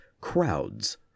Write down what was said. Crowds